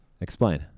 Explain